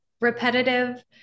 repetitive